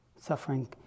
Suffering